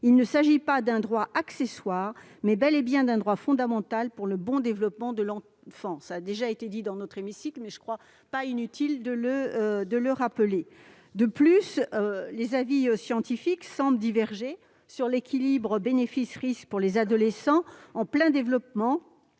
Il ne s'agit pas d'un droit accessoire, mais bel et bien d'un droit fondamental pour le bon développement de l'enfant. » Cela a déjà été dit dans notre hémicycle, mais il ne me semble pas inutile de le rappeler. De plus, les avis scientifiques semblent diverger quant à l'équilibre entre bénéfice et risque pour les adolescents en plein développement